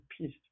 peace